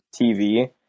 TV